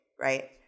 right